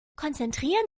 konzentrieren